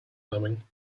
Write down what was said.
coming